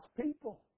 people